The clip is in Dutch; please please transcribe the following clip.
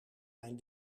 mijn